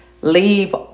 Leave